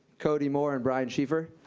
cody moore and brian schiefer.